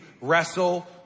wrestle